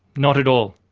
not at all.